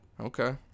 Okay